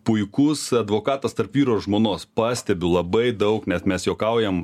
puikus advokatas tarp vyro ir žmonos pastebiu labai daug net mes juokaujam